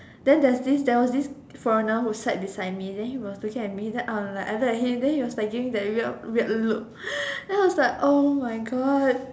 then there's this there was this foreigner who sat beside me then he was looking at me then I'm like I look at him then he was like giving that weird look then I was like oh my god